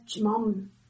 Mom